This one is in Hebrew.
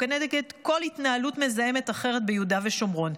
כנגד כל התנהלות מזהמת אחרת ביהודה ושומרון.